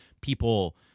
people